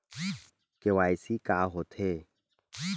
KYC का होथे?